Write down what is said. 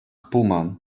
пулман